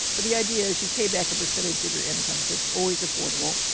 but the idea is you pay back a percentage of your income, so it's always affordable.